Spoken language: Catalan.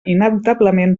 inevitablement